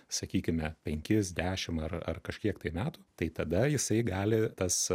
sakykime penkis dešim ar ar kažkiek metų tai tada jisai gali tas